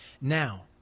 Now